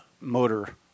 motor